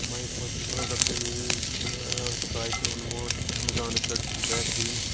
مَے first products چھُ اَسہِ اوٚنمُت ایمَزانَس پٮ۪ٹھ سُہ چھُ بہتریٖن